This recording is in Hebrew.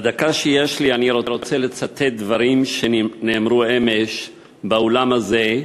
בדקה שיש לי אני רוצה לצטט דברים שנאמרו אמש באולם הזה,